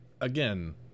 again